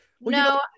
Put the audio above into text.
no